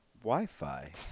Wi-Fi